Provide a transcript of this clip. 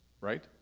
right